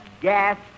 gas